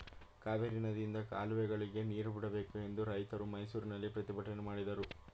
ಕಾವೇರಿ ನದಿಯಿಂದ ಕಾಲುವೆಗಳಿಗೆ ನೀರು ಬಿಡಬೇಕು ಎಂದು ರೈತರು ಮೈಸೂರಿನಲ್ಲಿ ಪ್ರತಿಭಟನೆ ಮಾಡಿದರು